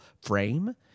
frame